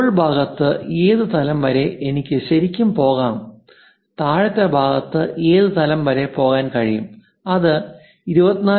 മുകൾ ഭാഗത്ത് ഏത് തലം വരെ എനിക്ക് ശരിക്കും പോകാം താഴത്തെ ഭാഗത്ത് ഏത് തലം വരെ പോകാൻ കഴിയും അത് 24